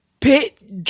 pit